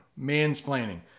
mansplaining